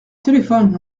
téléphone